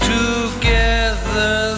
together